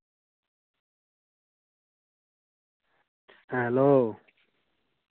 ᱦᱮᱸ ᱦᱮᱞᱳ